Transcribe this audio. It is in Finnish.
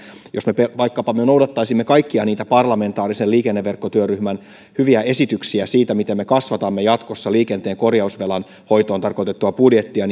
jos me vaikkapa noudattaisimme kaikkia niitä parlamentaarisen liikenneverkkotyöryhmän hyviä esityksiä siitä miten me kasvatamme jatkossa liikenteen korjausvelan hoitoon tarkoitettua budjettia